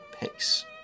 pace